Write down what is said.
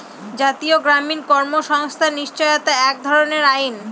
জাতীয় গ্রামীণ কর্মসংস্থান নিশ্চয়তা এক ধরনের আইন